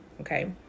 okay